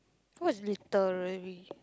what is literary